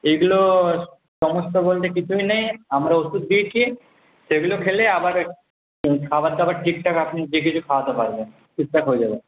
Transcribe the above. এগুলো সমস্যা বলতে কিছুই নেই আমরা ওষুধ দিয়েছি সেগুলো খেলে আবার খাবারদাবার ঠিকঠাক আপনি যে কিছু খাওয়াতে পারবেন ঠিকঠাক হয়ে যাবে